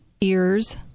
ears